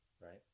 Right